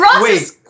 wait